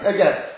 Again